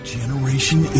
generation